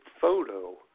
photo